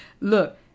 look